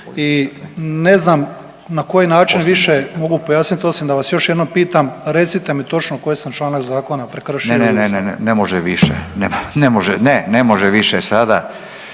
i ne znam na koji način više mogu pojasnit osim da vas još jednom pitam, recite mi točno koji sam članak zakona prekršio …/Upadica Radin: Ne, ne, ne može više./…